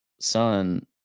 son